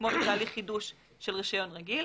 כמו בתהליך חידוש של רישיון רגיל,